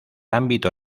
ámbito